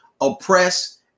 oppress